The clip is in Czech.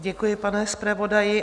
Děkuji, pane zpravodaji.